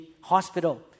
hospital